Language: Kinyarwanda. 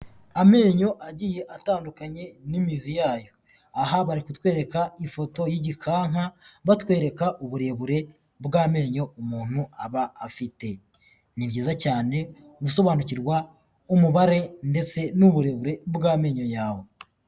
Amenyo agiye atandukanye n'imizi yayo, aha bari kutwereka ifoto y'igikanka, batwereka uburebure bw'amenyo umuntu aba afite, ni byiza cyane gusobanukirwa umubare ndetse n'uburebure bw'amenyo yawe.